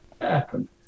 happen